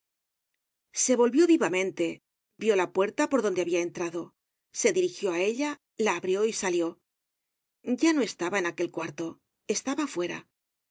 se volvió vivamente vió la puerta por donde habia entrado se dirigió á ella la abrió y salió ya no estaba en aquel cuarto estaba fuera